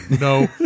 No